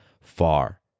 far